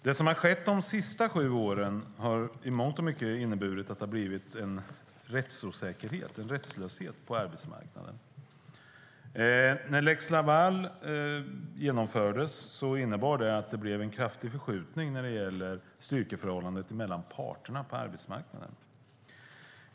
Det som har skett de senaste sju åren har inneburit att det har blivit en rättslöshet på arbetsmarknaden. När lex Laval genomfördes blev det en kraftig förskjutning i styrkeförhållandet mellan parterna på arbetsmarknaden.